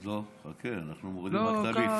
עוד לא, חכה, אנחנו מורידים רק את הליפט.